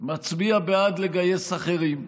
מצביע בעד לגייס אחרים,